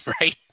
Right